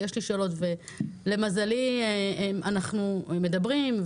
למזלי אנחנו מדברים,